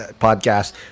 podcast